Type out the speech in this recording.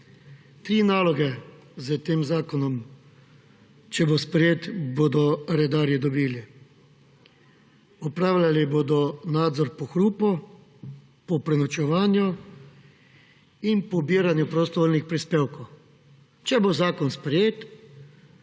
Tri naloge s tem zakonom, če bo sprejet, bodo redarji dobili: opravljali bodo nadzor po hrupu, po prenočevanju in pobiranju prostovoljnih prispevkov. Če bo zakon sprejet,